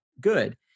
good